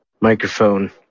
microphone